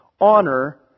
Honor